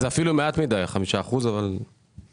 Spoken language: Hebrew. זה אפילו מעט מדי, ה-5 אחוזים, אבל בסדר.